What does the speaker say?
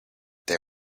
they